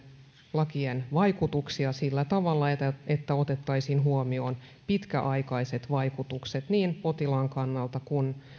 lakien vaikutuksia sillä tavalla että että otettaisiin huomioon pitkäaikaiset vaikutukset niin potilaan kannalta kuin